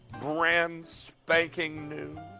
brand spanking new,